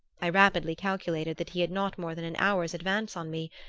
i rapidly calculated that he had not more than an hour's advance on me,